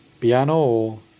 Piano